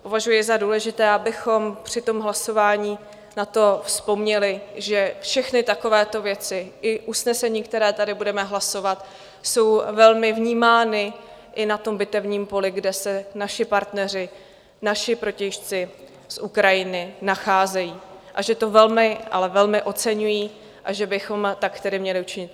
Považuji za důležité, abychom při hlasování na to vzpomněli, že všechny takovéto věci i usnesení, které tady budeme hlasovat, jsou velmi vnímány i na tom bitevním poli, kde se naše partneři, naše protějšky, z Ukrajiny nacházejí, a že to velmi a velmi oceňují, a že bychom tak tedy měli učinit.